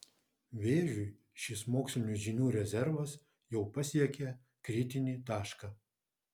vėžiui šis mokslinių žinių rezervas jau pasiekė kritinį tašką